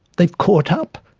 they've caught up,